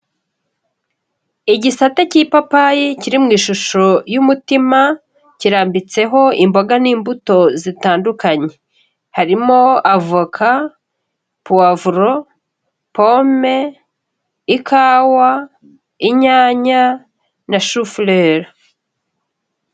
Igisate cy'ipapayi kiri mu ishusho y'umutima, kirambitseho imboga n'imbuto zitandukanye. Harimo avoka, puwavuro, pome, ikawa, inyanya na shufleri.